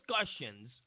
discussions